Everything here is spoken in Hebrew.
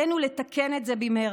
עלינו לתקן את זה במהרה,